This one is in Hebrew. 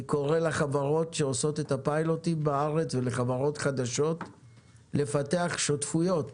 אני קורא לחברות שעושות את הפיילוטים בארץ ולחברות חדשות לפתח שותפויות